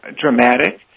dramatic